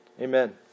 Amen